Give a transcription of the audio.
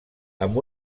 amb